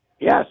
Yes